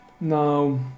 now